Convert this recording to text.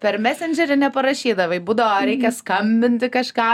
per mesendžerį neparašydavai būdavo reikia skambinti kažką